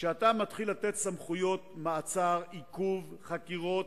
כשאתה מתחיל לתת סמכויות מעצר, עיכוב, חקירות,